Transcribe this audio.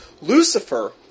Lucifer